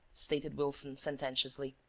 stated wilson, sententiously.